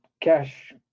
cash